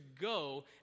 go